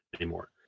anymore